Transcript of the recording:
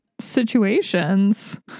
situations